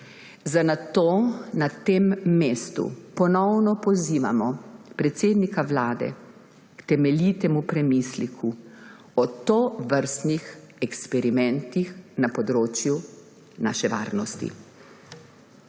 Zato na tem mestu ponovno pozivamo predsednika Vlade k temeljitemu premisleku o tovrstnih eksperimentih na področju naše varnosti.